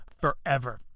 forever